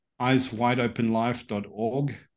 eyeswideopenlife.org